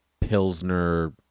pilsner